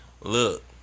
Look